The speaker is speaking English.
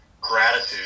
Gratitude